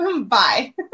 bye